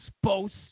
supposed